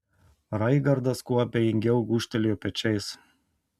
raigardas kuo abejingiau gūžtelėjo pečiais